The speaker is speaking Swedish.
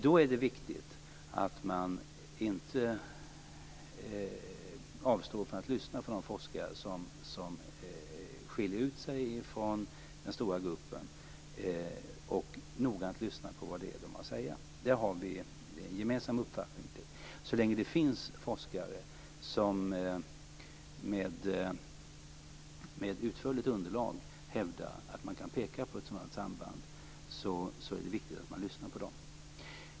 Då är det viktigt att man inte avstår från att lyssna på de forskare som skiljer ut sig från den stora gruppen, utan att man noggrant lyssnar på vad de har att säga. Där har vi en gemensam uppfattning. Så länge det finns forskare som med utförligt underlag hävdar att man kan peka på ett sådant samband är det viktigt att man lyssnar på dem.